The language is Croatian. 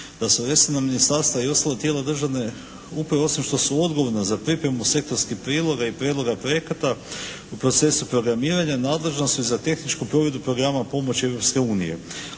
da su resorna ministarstva i ostala tijela državne uprave osim što su odgovorna za pripremu sektorskih prijedloga i prijedloga projekata u procesu programiranja nadležna su i za tehničku provedbu programa pomoći